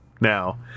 now